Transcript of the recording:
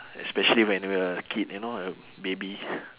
especially when we are a kid you know a baby